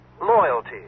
loyalty